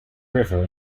river